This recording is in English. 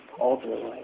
ultimately